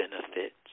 benefits